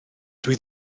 dwy